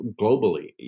globally